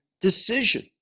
decision